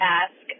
ask